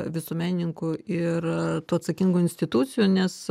visuomenininkų ir tų atsakingų institucijų nes